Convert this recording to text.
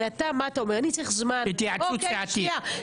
התייעצות סיעתית.